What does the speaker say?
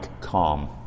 calm